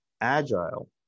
agile